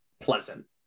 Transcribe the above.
pleasant